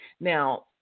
Now